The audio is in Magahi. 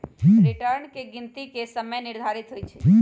रिटर्न की गिनति के समय आधारित होइ छइ